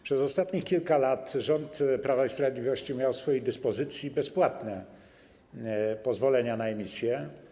Przez ostatnich kilka lat rząd Prawa i Sprawiedliwości miał w swojej dyspozycji bezpłatne pozwolenia na emisję.